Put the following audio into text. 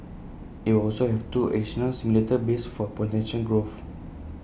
IT will also have two additional simulator bays for potential growth